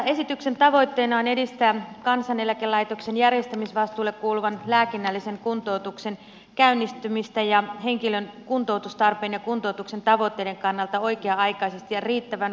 esityksen tavoitteena on edistää kansaneläkelaitoksen järjestämisvastuulle kuuluvan lääkinnällisen kuntoutuksen käynnistymistä henkilön kuntoutustarpeen ja kuntoutuksen tavoitteiden kannalta oikea aikaisesti ja riittävän varhaisessa vaiheessa